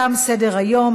תם סדר-היום.